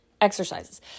exercises